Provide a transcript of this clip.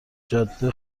جاده